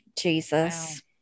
jesus